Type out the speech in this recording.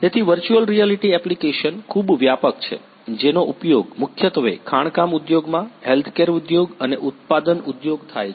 તેથી virtual reality application ખૂબ વ્યાપક છે જેનો ઉપયોગ મુખ્યત્વે ખાણકામ ઉદ્યોગમાં હેલ્થકેર ઉદ્યોગ અને ઉત્પાદન ઉદ્યોગ થાય છે